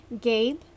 Gabe